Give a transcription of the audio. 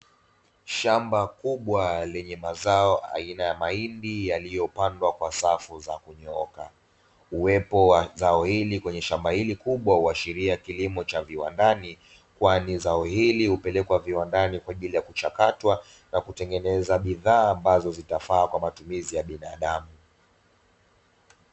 Shamba kubwa lenye mazao aina ya mahindi yaliyopandwa kwa safu za kunyooka, uwepo wa zao hili kwenye shamba hili kubwa huashiria kilimo cha viwandani, kwani zao hili hupelekwa viwandani kwaajili ya kuchakatwa na kutengeneza bidhaa ambazo zitafaa kwa matumizi ya binadamu.